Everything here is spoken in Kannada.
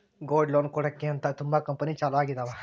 ಗೋಲ್ಡ್ ಲೋನ್ ಕೊಡಕ್ಕೆ ಅಂತ ತುಂಬಾ ಕಂಪೆನಿ ಚಾಲೂ ಆಗಿದಾವ